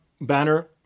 banner